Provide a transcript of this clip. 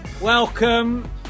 Welcome